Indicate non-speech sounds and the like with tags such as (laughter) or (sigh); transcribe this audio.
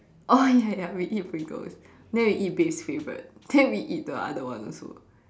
oh (breath) ya ya we eat Pringles then we eat bed's favourite then we eat the other one also